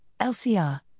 LCR